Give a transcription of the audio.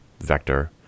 vector